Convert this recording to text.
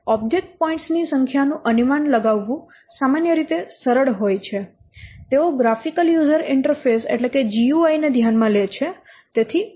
object points ની સંખ્યા નું અનુમાન લગાવવું સામાન્ય રીતે સરળ હોય છે અને તેઓ ગ્રાફિકલ યુઝર ઇન્ટરફેસ ને ધ્યાનમાં લે છે